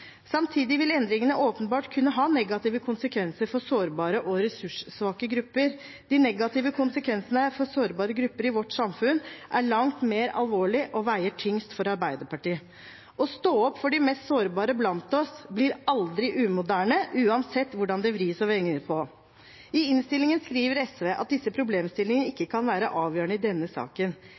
Samtidig vil endringene åpenbart kunne ha negative konsekvenser for sårbare og ressurssvake grupper. De negative konsekvensene for sårbare grupper i vårt samfunn er langt mer alvorlig og veier tyngst for Arbeiderpartiet. Å stå opp for de mest sårbare blant oss blir aldri umoderne, uansett hvordan det vris og vrenges på. I innstillingen skriver SV at disse problemstillingene ikke kan være avgjørende i denne saken.